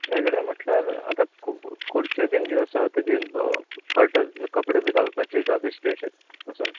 वेगळे म्हटल्यार आतां खुर्च्यो बीन ज्यो आसा तेजेर कर्टन्स कपडे बी घालपाचे काय बेश्टे अशें आसूनी